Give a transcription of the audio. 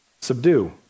subdue